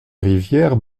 rivières